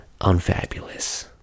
unfabulous